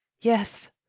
Yes